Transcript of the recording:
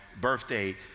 birthday